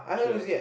sure